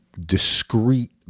discrete